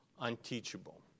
unteachable